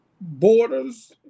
borders